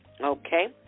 okay